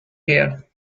here